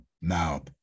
now